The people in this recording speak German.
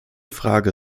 frage